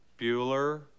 Bueller